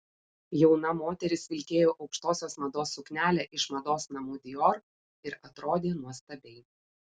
jauna moteris vilkėjo aukštosios mados suknelę iš mados namų dior ir atrodė nuostabiai